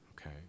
okay